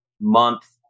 month